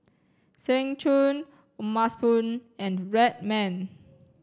Seng Choon O'ma Spoon and Red Man